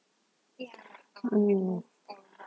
mm